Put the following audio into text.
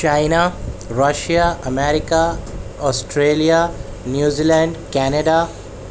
China Russia America Australia New Zealand Canada